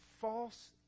false